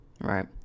right